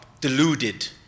deluded